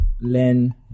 learn